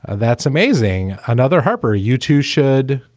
and that's amazing another harper u two should.